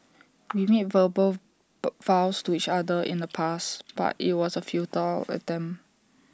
we made verbal vows to each other in the past but IT was A futile attempt